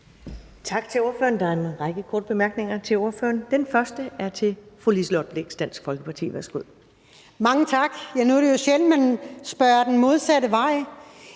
Tak til ordføreren. Der er en række korte bemærkninger til ordføreren. Den første er fra fru Liselott Blixt, Dansk Folkeparti. Værsgo. Kl. 18:42 Liselott Blixt (DF): Mange tak. Nu er det jo sjældent, man spørger den modsatte vej,